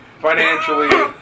financially